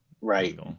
right